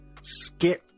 skip